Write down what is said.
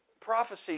prophecy